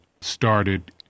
started